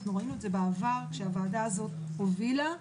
ראינו בעבר כשהוועדה הובילה,